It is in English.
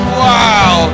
wow